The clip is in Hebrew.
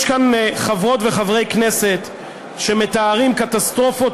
יש כאן חברות וחברי כנסת שמתארים קטסטרופות